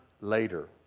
later